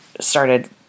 started